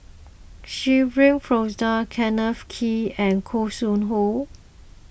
Shirin Fozdar Kenneth Kee and Khoo Sui Hoe